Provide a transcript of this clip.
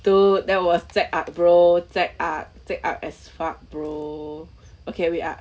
dude that was cek ark bro cek ark cek ark as fuck bro okay wait ah